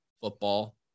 football